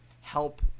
help